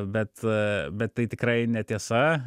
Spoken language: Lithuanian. bet bet tai tikrai netiesa